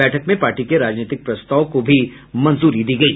बैठक में पार्टी के राजनीतिक प्रस्ताव को भी मंजूरी दी गयी